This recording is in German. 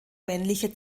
männliche